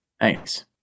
Thanks